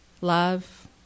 love